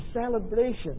celebration